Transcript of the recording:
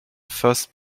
first